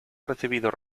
recibido